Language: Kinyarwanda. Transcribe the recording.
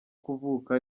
kuvuka